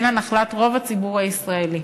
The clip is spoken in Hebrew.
אלא נחלת רוב הציבור הישראלי.